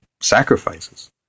sacrifices